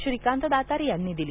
श्रीकांत दातार यांनी दिली